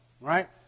right